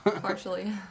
Partially